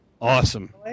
Awesome